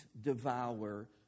devour